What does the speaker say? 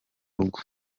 rugo